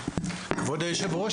כבוד היושב ראש,